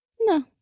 No